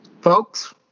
folks